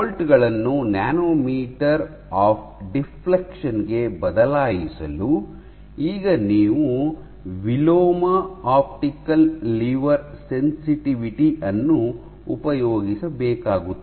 volt ಗಳನ್ನು nanometre of deflection ಗೆ ಬದಲಾಯಿಸಲು ಈಗ ನೀವು ವಿಲೋಮ ಆಪ್ಟಿಕಲ್ ಲಿವರ್ ಸೆನ್ಸಿಟಿವಿಟಿ ಅನ್ನು ಉಪಯೋಗಿಸಬೇಕಾಗುತ್ತದೆ